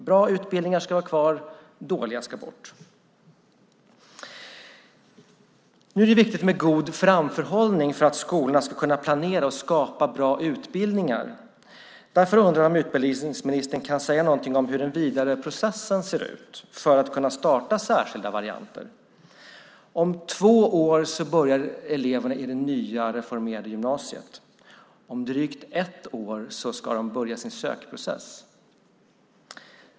Bra utbildningar ska vara kvar, dåliga ska bort. Det är viktigt med god framförhållning för att skolorna ska kunna planera och skapa bra utbildningar. Därför undrar jag om utbildningsministern kan säga någonting om hur den vidare processen ser ut för att kunna starta särskilda varianter. Om två år börjar eleverna i det nya reformerade gymnasiet. Om drygt ett år ska de börja sin sökprocess.